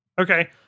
Okay